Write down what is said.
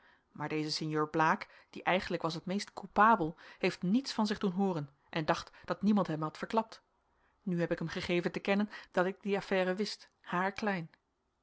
maar deze sinjeur blaek die eigenlijk was het meest coupabel heeft niets van zich doen hooren en dacht dat niemand hem had verklapt nu heb ik hem gegeven te kennen dat ik die affaire wist haarklein